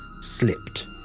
slipped